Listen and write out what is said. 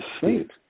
sleep